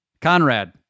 Conrad